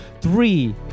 Three